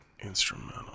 instrumental